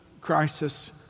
crisis